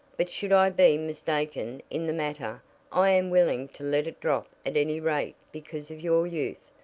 but should i be mistaken in the matter i am willing to let it drop at any rate because of your youth.